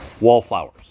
wallflowers